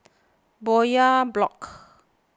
Bowyer Block